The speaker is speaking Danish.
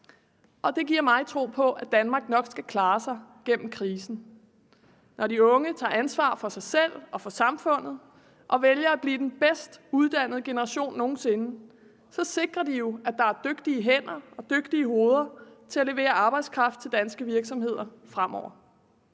og det giver mig tro på, at Danmark nok skal klare sig gennem krisen. Når de unge tager ansvar for sig selv og for samfundet og vælger at blive den bedst uddannede generation nogen sinde, sikrer de jo, at der er dygtige hænder og dygtige hoveder til at levere arbejdskraft til danske virksomheder fremover.